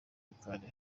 gikari